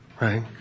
right